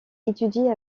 étudie